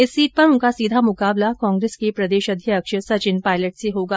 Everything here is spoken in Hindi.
इस सीट पर उनका सीधा मुकाबला कांग्रेस के प्रदेशाध्यक्ष सचिन पायलट से होगा